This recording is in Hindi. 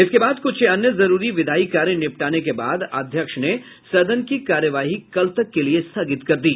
इसके बाद क्छ अन्य जरूरी विधायी कार्य निपटाने के बाद अध्यक्ष ने सदन की कार्यवाही कल तक के लिये स्थगित कर दी